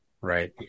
Right